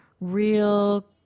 real